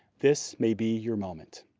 this may be your moment.